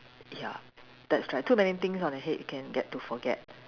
ya that's right too many things on your head you can get to forget